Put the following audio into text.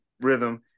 rhythm